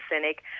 cynic